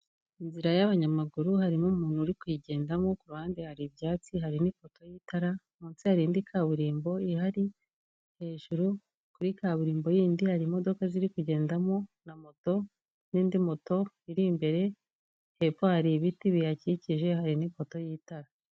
Inzira y'abanyamaguru harimo umuntu uri kuyigendamo ku ruhande hari ibyatsi hari n'ipoto y'itara munsi hari indi kaburimbo ihari, hejuru kuri kaburimbo yindi hari imodoka ziri kugendamo na moto n'indi moto iri imbere, hepfo hari ibiti bihakikije hari n'ipoto y'itara.